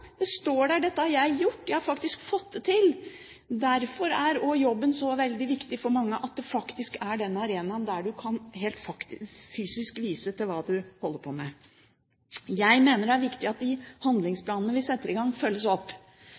det står der, dette har jeg gjort, jeg har faktisk fått det til. Derfor er jobben så veldig viktig for mange. Det er den arenaen der man rent fysisk kan vise hva man holder på med. Jeg mener det er viktig at de handlingsplanene vi setter i gang, følges opp